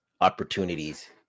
opportunities